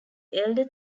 elder